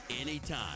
anytime